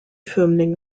firmlinge